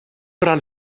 ran